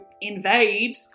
invade